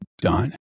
done